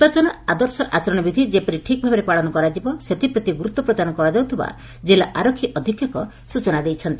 ନିର୍ବାଚନ ଆଦର୍ଶ ଆଚରଣ ବିଧି ଯେପରି ଠିକ୍ ଭାବରେ ପାଳନ କରାଯିବ ସେଥିପ୍ରତି ଗୁରୁତ୍ୱ ପ୍ରଦାନ କରାଯାଉଥିବା ଜିଲ୍ଲା ଆରକ୍ଷୀ ଅଧିକ୍ଷକ ସୂଚନା ଦେଇଛନ୍ତି